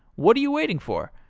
what are you waiting for?